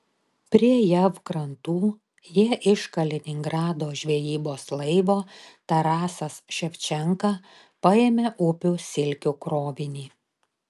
prie jav krantų jie iš kaliningrado žvejybos laivo tarasas ševčenka paėmė upių silkių krovinį